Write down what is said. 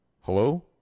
Hello